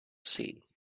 see